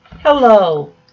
Hello